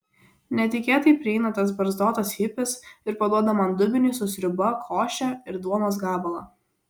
netikėtai prieina tas barzdotas hipis ir paduoda man dubenį su sriuba koše ir duonos gabalą